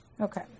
Okay